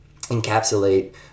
encapsulate